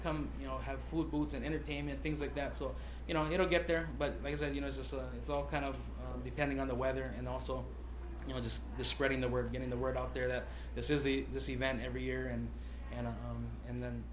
come you know have food and entertainment things like that so you know you know get there but you know just it's all kind of depending on the weather and also you know just spreading the word getting the word out there that this is the this event every year and and and then